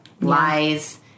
lies